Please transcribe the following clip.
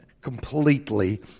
completely